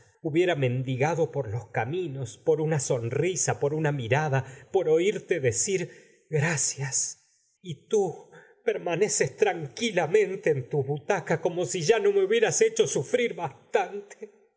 hubiera mendigado por los caminos por una sonrisa por una mirada por oírte decir gracias y tú permaneces tranquilamente en tu butaca como si ya no me hubieras hecho sufrir bastante